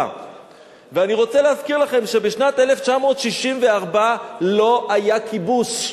ואני רוצה להזכיר לכם שבשנת 1964 לא היה כיבוש,